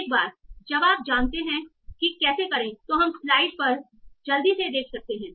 एक बार जब आप जानते हैं कि कैसे करें तो हम स्लाइड पर जल्दी से देख सकते हैं